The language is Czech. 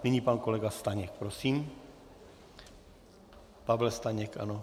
Nyní pan kolega Staněk, prosím. Pavel Staněk, ano.